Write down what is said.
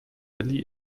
elli